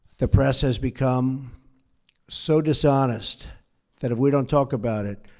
the press has become so dishonest that if we don't talk about it,